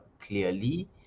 clearly